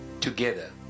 together